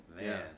Man